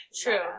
True